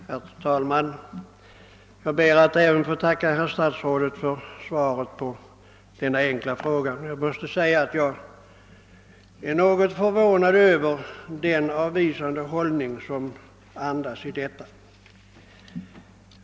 Herr talman! Jag ber att få tacka herr statsrådet även för svaret på denna enkla fråga. Jag är något förvånad över den avvisande hållning som detta svar andas.